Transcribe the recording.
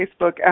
Facebook